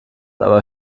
aber